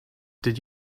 did